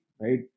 right